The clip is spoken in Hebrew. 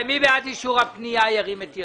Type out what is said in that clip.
מי בעד אישור פנייה מספר 275?